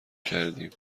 کردیم